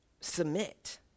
submit